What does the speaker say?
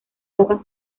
hojas